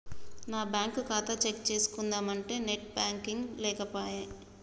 నా బ్యేంకు ఖాతా చెక్ చేస్కుందామంటే నెట్ బాంకింగ్ లేకనేపాయె